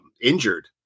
injured